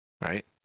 Right